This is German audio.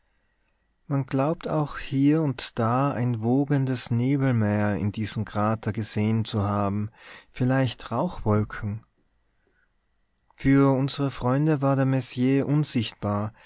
man glaubt auch hie und da ein wogendes nebelmeer in diesem krater gesehen zu haben vielleicht rauchwolken für unsere freunde war der messier unsichtbar